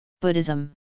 Buddhism